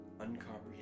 uncomprehending